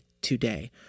today